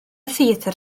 theatr